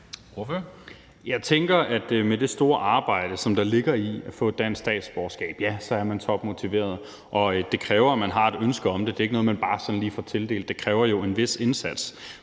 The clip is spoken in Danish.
Jeg tænker, at med det store arbejde, som der ligger i at få et dansk statsborgerskab, ja, så er man topmotiveret. Det kræver, at man har et ønske om det; det er ikke noget, man bare sådan lige får tildelt. Det kræver jo en vis indsats.